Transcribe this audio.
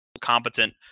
competent